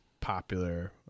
popular